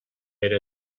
era